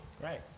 Great